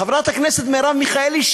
חברת הכנסת מרב מיכאלי,